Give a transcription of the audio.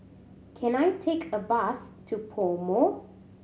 can I take a bus to PoMo